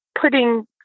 putting